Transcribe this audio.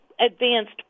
advanced